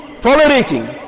tolerating